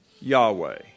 Yahweh